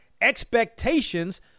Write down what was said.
expectations